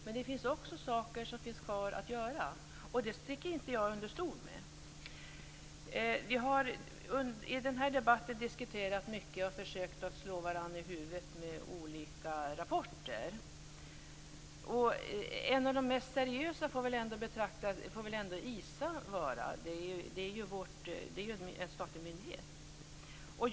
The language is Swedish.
Men det finns också saker kvar att göra, och det sticker jag inte under stol med. Vi har i denna debatt diskuterat mycket och försökt att slå varandra i huvudet med olika rapporter. En av de mest seriösa får väl ändå den från ISA vara, som ju är en statlig myndighet.